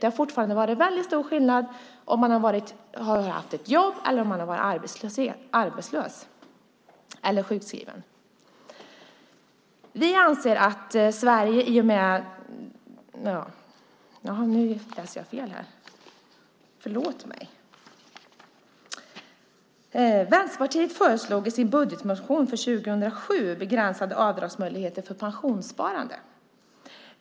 Det har alltid varit väldigt stor skillnad mellan om man har haft ett jobb eller om man har varit arbetslös eller sjukskriven. Vänsterpartiet föreslog i sin budgetmotion för 2007 begränsade avdragsmöjligheter för pensionssparande.